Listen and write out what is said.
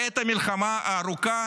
בעת המלחמה הארוכה